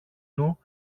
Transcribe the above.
του